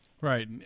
Right